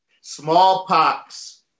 Smallpox